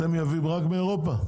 אתם מייבאים רק מאירופה?